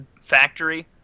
factory